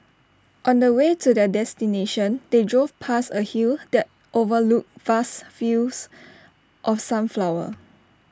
on the way to their destination they drove past A hill that overlooked vast fields of sunflowers